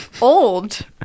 Old